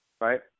right